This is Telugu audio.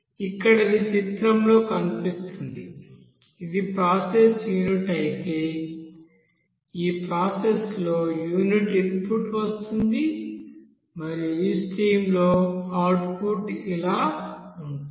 ఇక్కడ ఇది చిత్రంలో కనిపిస్తుంది ఇది ప్రాసెస్ యూనిట్ అయితే ఈ ప్రాసెస్లో యూనిట్ ఇన్పుట్ వస్తుంది మరియు ఈ స్ట్రీమ్లో అవుట్పుట్ ఇలా ఉంటుంది